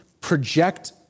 project